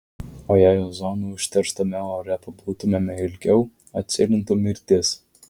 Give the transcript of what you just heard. o jei ozonu užterštame ore pabūtumėme ilgiau atsėlintų mirtis